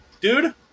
Dude